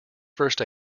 first